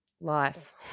Life